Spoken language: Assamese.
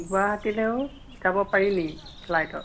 গুৱাহাটীলেও যাব পাৰি নি ফ্লাইটত